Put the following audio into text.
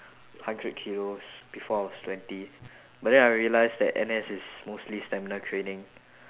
hundred kilos before I was twenty but then I realised that N_S is mostly stamina training